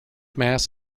mass